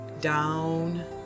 Down